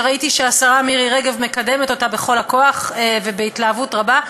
שראיתי שהשרה מירי רגב מקדמת אותה בכל הכוח ובהתלהבות רבה,